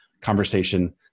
conversation